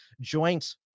joint